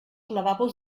lavabos